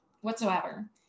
whatsoever